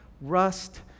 rust